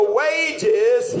wages